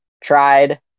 tried